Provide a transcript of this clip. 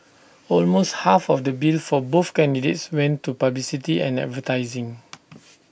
almost half of the bill for both candidates went to publicity and advertising